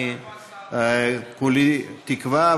אני כולי תקווה,